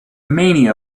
mania